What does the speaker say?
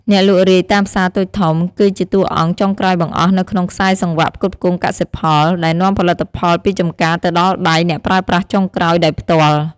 អ្នកលក់រាយតាមផ្សារតូចធំ គឺជាតួអង្គចុងក្រោយបង្អស់នៅក្នុងខ្សែសង្វាក់ផ្គត់ផ្គង់កសិផល ដែលនាំផលិតផលពីចំការទៅដល់ដៃ អ្នកប្រើប្រាស់ចុងក្រោយ ដោយផ្ទាល់។